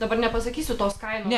dabar nepasakysiu tos kainos